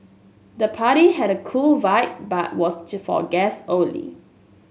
the party had a cool vibe but was to for guests only